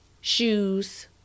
shoes